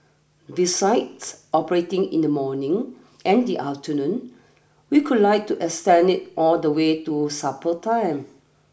besides operating in the morning and the afternoon we could like to extend it all the way to supper time